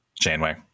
Janeway